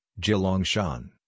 Jilongshan